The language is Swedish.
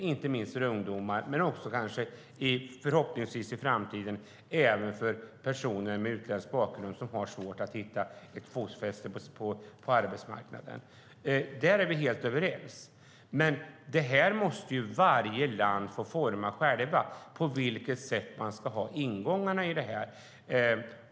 Det gäller inte minst för ungdomar men i framtiden kanske - förhoppningsvis - även för personer med utländsk bakgrund som har svårt att hitta ett fotfäste på arbetsmarknaden. Där är vi helt överens. På vilket sätt man ska ha ingångarna i detta måste dock varje land få forma själva.